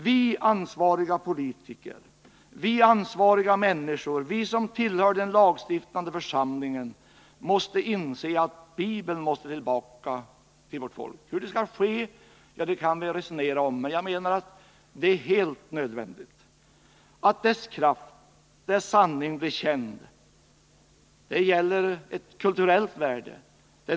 Vi ansvariga politiker, vi ansvariga människor, vi som tillhör den lagstiftande församlingen måste inse att Bibeln måste tillbaka till vårt folk. Hur det skall ske kan vi resonera om, men jag menar att det är helt nödvändigt att dess kraft, dess sanning blir känd. Det gäller ett kulturellt värde.